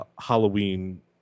Halloween